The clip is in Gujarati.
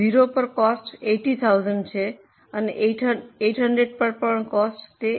0 પર કોસ્ટ 80000 છે અને 800 પર પણ તે 80000 છે